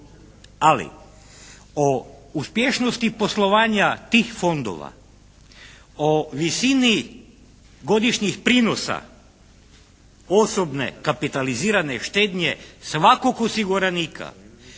ali o uspješnosti poslovanja tih fondova, o visini godišnjih prinosa osobne kapitalizirane štednje svakog osiguranika